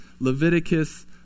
Leviticus